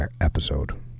episode